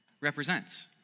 represents